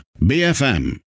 BFM